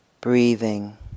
Breathing